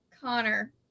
Connor